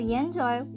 enjoy